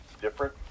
different